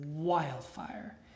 wildfire